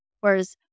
Whereas